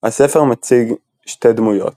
הספר מציג שתי דמויות